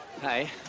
Hi